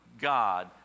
God